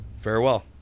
farewell